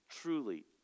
truly